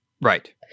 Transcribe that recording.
right